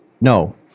no